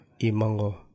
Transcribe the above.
imango